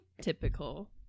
typical